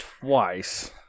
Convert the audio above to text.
twice